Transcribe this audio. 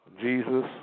Jesus